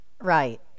Right